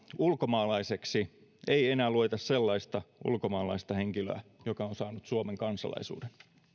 ulkomaalaiseksi ei enää lueta sellaista ulkomaalaista henkilöä joka on saanut suomen kansalaisuuden